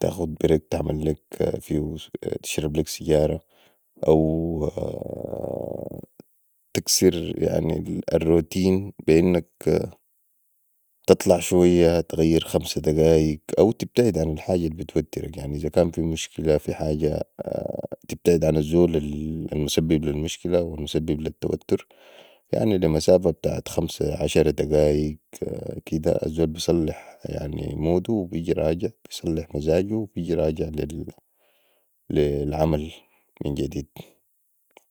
تاخد برك تشرب ليك فيهو سيجارة او تكسر الروتين بي انك تطلع شويه تغير خمسه دقائق او تبتعد عن الحاجة البتوترك إذا كان في مشكلة في حاجه تبتعد عن الزول المسبب لي المشكله والمسبب لي التوتر يعني لي مسافة بتاعت خمسه عشره دقائق كده الزول بصلح مزاجو وبجي راجع لي العمل من جديد